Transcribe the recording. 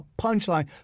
Punchline